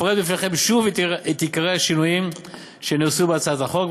אפרט בפניכם שוב את עיקרי השינויים שנעשו בהצעת החוק.